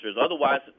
Otherwise